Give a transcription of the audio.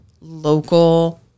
local